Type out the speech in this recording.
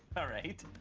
alright,